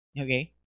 Okay